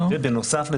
בנוסף,